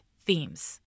themes